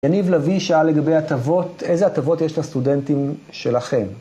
יניב לביא שאל לגבי הטבות, איזה הטבות יש לסטודנטים שלכם?